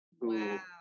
Wow